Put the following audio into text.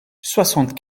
soixante